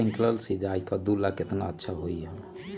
Sprinkler सिंचाई कददु ला केतना अच्छा होई?